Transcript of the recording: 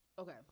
okay